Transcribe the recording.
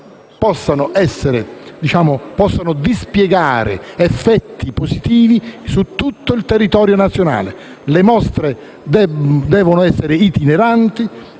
possano dispiegare i loro effetti positivi su tutto il territorio nazionale. Le mostre devono essere itineranti,